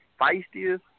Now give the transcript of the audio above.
feistiest